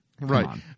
Right